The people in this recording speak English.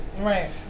Right